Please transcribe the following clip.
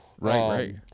right